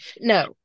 no